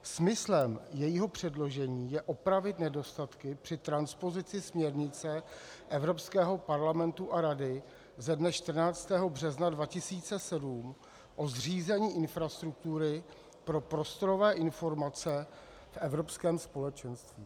Smyslem jejího předložení je opravit nedostatky při transpozici směrnice Evropského parlamentu a Rady ze dne 14. března 2007 o zřízení infrastruktury pro prostorové informace v Evropském společenství.